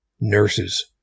nurses